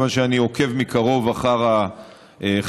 מכיוון שאני עוקב מקרוב אחר החקירה.